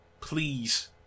Please